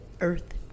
earth